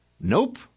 Nope